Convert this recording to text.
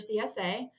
CSA